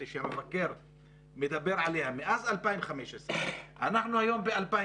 שהמבקר מדבר עליה מאז 2015 אנחנו היום ב-2020,